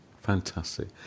fantastic